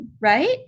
Right